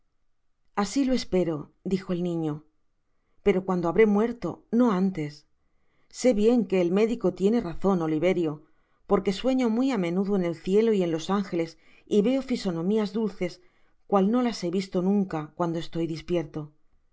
asi lo espero dijo el niñopero cuando habré muerto no antes se bien que el médico tiene razon oliverio porque sueño muy amenudo en el cielo y en los ángeles y veo fisonomias dulces cual no las he visto nunca cuando estoy dispierto